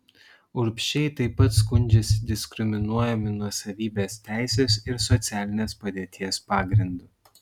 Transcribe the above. urbšiai taip pat skundžiasi diskriminuojami nuosavybės teisės ir socialinės padėties pagrindu